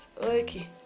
okay